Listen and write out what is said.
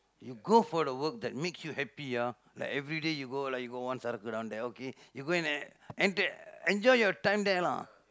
you go for the work that makes you happy ah like everyday you go like you got one சரக்கு:sarakku down there okay you go and enter enjoy your time there lah